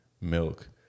milk